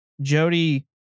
Jody